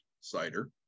Cider